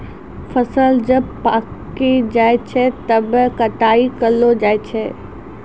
फसल जब पाक्की जाय छै तबै कटाई करलो जाय छै